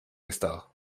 estado